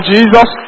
Jesus